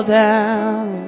down